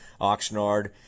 Oxnard